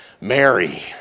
Mary